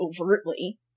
overtly